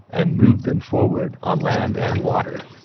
and moved them forward on land and water.